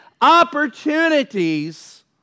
opportunities